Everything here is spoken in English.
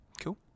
cool